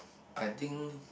I think